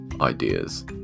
ideas